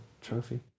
trophy